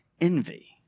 envy